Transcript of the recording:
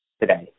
today